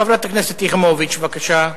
חברת הכנסת שלי יחימוביץ, בבקשה.